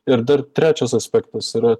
ir dar trečias aspektas yra